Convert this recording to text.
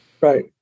Right